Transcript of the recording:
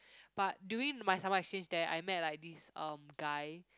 but during my summer exchange there I met like this um guy